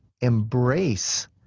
embrace